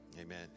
Amen